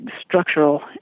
structural